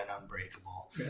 Unbreakable